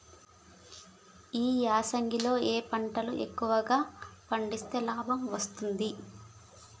ఈ యాసంగి లో ఏ పంటలు ఎక్కువగా పండిస్తే లాభం వస్తుంది?